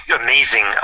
amazing